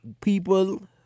people